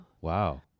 wow